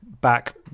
back